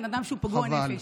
אדם שהוא פגוע נפש.